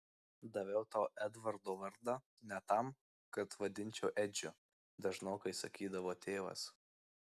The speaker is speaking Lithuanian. daviau tau edvardo vardą ne tam kad vadinčiau edžiu dažnokai sakydavo tėvas